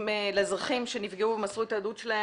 לאזרחים שנפגעו ומסרו את העדות שלהם